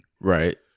Right